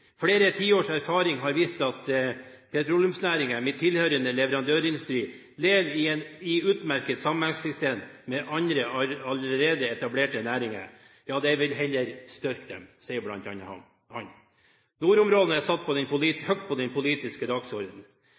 Flere ti-års erfaring har vist at petroleumsnæringen, med tilhørende leverandørindustri, lever i utmerket sameksistens med andre allerede etablerte næringer, ja at de heller styrker dem.» Nordområdene er satt høyt på den politiske dagsordenen.